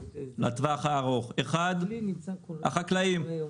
אחד, החקלאים.